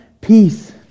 Peace